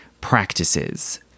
practices